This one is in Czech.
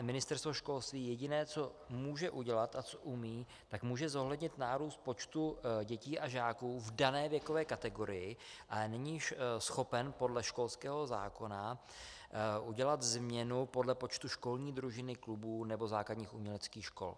Ministerstvo školství jediné, co může udělat a co umí, tak může zohlednit nárůst počtu dětí a žáků v dané věkové kategorii, ale není již schopno podle školského zákona udělat změnu podle počtu školních družin, klubů nebo základních uměleckých škol.